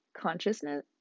consciousness